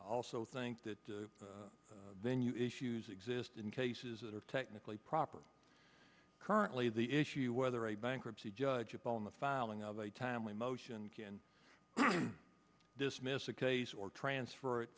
also think that venue issues exist in cases that are technically property currently the issue whether a bankruptcy judge upon the filing of a timely motion can dismiss a case or transfer it